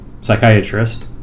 psychiatrist